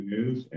News